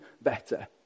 better